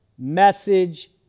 Message